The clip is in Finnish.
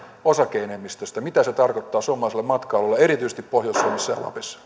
osake enemmistöstä niin mitä se tarkoittaa suomalaiselle matkailulle erityisesti pohjois suomessa